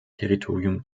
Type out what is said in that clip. territorium